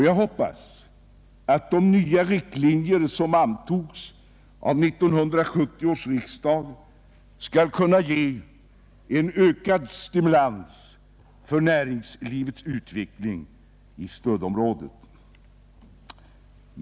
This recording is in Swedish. Jag hoppas att de nya riktlinjer som antogs av 1970 års riksdag skall kunna ge en ökad stimulans för näringslivets utveckling i stödområdet.